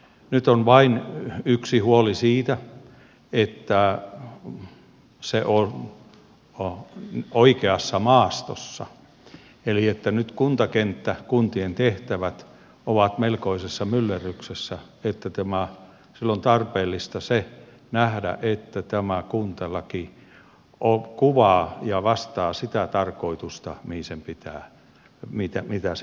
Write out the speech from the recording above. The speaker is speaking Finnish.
nyt on vain yksi huoli siitä että se on oikeassa maastossa eli nyt kuntakenttä kuntien tehtävät ovat melkoisessa myllerryksessä ja silloin on tarpeellista nähdä että tämä kuntalaki kuvaa ja vastaa sitä tarkoitusta mitä sen pitää olla